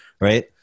right